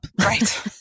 Right